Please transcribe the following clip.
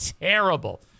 terrible